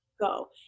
go